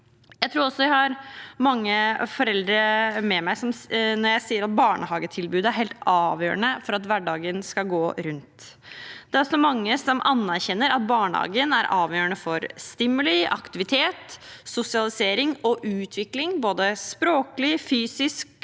Jeg tror jeg har mange foreldre med meg når jeg sier at barnehagetilbudet er helt avgjørende for at hverdagen skal gå rundt. Det er også mange som anerkjenner at barnehagen er avgjørende for stimuli, aktivitet, sosialisering og utvikling, både språklig, fysisk